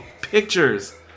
Pictures